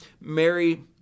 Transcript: Mary